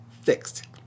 fixed